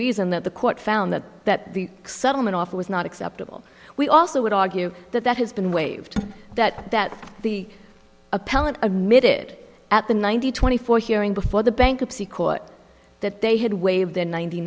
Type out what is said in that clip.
reason that the court found that that the settlement offer was not acceptable we also would argue that that has been waived that that the appellant admitted at the ninety twenty four hearing before the bankruptcy court that they had waived in ninet